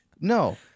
No